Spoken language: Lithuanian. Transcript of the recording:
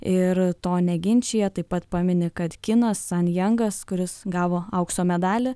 ir to neginčija taip pat pamini kinas san jangas kuris gavo aukso medalį